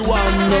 one